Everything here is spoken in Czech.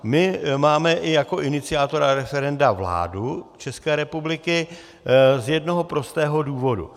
My máme i jako iniciátora referenda vládu České republiky, z jednoho prostého důvodu.